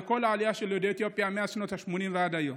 על כל העלייה של יהודי אתיופיה מאז שנות השמונים ועד היום,